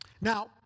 Now